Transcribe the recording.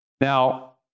Now